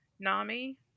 nami